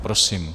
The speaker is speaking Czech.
Prosím.